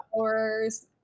hours